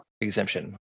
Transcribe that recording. exemption